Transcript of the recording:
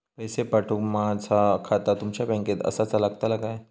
पैसे पाठुक माझा खाता तुमच्या बँकेत आसाचा लागताला काय?